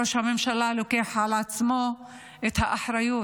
ראש הממשלה לוקח על עצמו את האחריות,